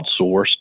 outsourced